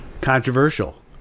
controversial